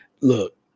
look